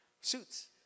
Suits